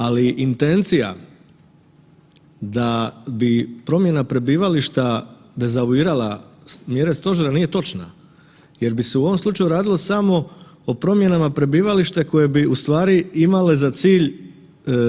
Ali intencija da bi promjena prebivališta dezavuirala mjere stožera nije točna jer bi se u ovom slučaju radilo samo o promjenama prebivališta koje bi ustvari imale za cilj